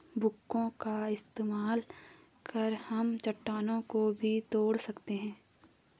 backhoe का इस्तेमाल कर हम चट्टानों को भी तोड़ सकते हैं